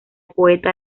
poeta